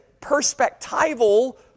perspectival